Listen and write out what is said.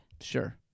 sure